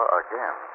again